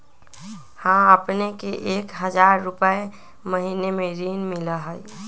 हां अपने के एक हजार रु महीने में ऋण मिलहई?